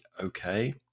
Okay